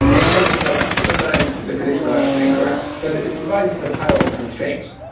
it's not even perfect. so sometimes the predictions are actually incorrect. but it provides sort of high-level constraints.